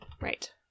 Right